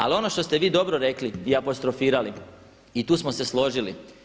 Ali ono što ste vi dobro rekli i apostrofirali i tu smo se složili.